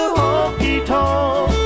honky-tonk